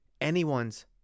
anyone's